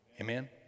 Amen